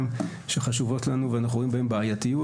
שחשובות לנו ואנחנו רואים בהן בעייתיות.